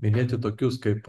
minėti tokius kaip